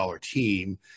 team